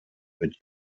mit